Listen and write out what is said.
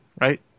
right